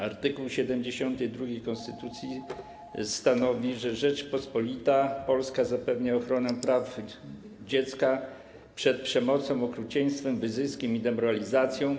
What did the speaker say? Art. 72 konstytucji stanowi, że Rzeczpospolita Polska zapewnia ochronę praw dziecka, ochronę dziecka przed przemocą, okrucieństwem, wyzyskiem i demoralizacją.